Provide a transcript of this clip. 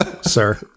sir